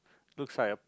looks like a